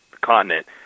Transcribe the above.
continent